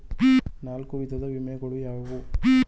ನಾಲ್ಕು ವಿಧದ ವಿಮೆಗಳು ಯಾವುವು?